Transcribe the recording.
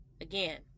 again